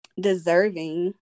deserving